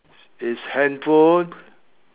is handphone